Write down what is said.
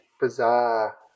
bizarre